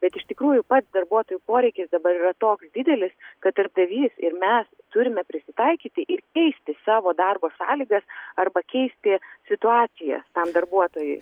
bet iš tikrųjų pats darbuotojų poreikis dabar yra toks didelis kad darbdavys ir mes turime prisitaikyti ir keisti savo darbo sąlygas arba keisti situacijas tam darbuotojui